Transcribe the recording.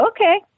Okay